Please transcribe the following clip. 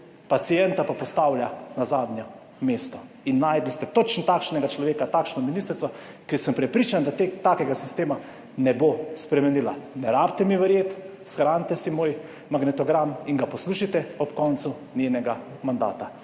pacienta pa postavlja na zadnje mesto in našli ste točno takšnega človeka, takšno ministrico, ki sem prepričan, da takega sistema ne bo spremenila. Ne rabite mi verjeti, shranite si moj magnetogram in ga poslušajte ob koncu njenega mandata,